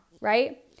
right